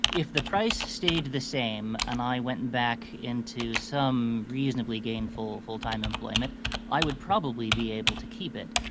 if the price stayed the same and i went back into some reasonably gainful full-time employment i would probably be able to keep it.